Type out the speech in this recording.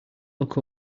look